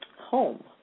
home